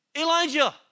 Elijah